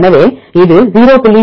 எனவே இது 0